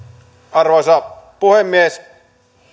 arvoisa puhemies